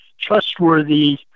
trustworthy